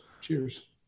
Cheers